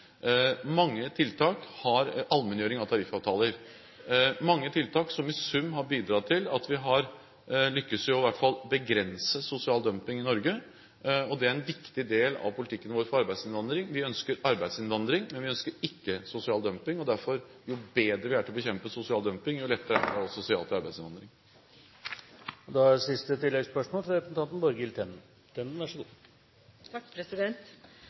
allmenngjøring av tariffavtaler osv. Dette er mange tiltak som i sum har bidratt til at vi har lyktes med i hvert fall å begrense sosial dumping i Norge. Det er en viktig del av politikken vår for arbeidsinnvandring. Vi ønsker arbeidsinnvandring, men vi ønsker ikke sosial dumping. Derfor: Jo bedre vi er til å bekjempe sosial dumping, jo lettere er det å si ja til arbeidsinnvandring. Borghild Tenden – til oppfølgingsspørsmål. Venstre er